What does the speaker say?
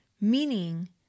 meaning